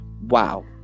wow